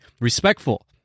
respectful